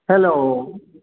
hello